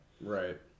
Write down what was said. Right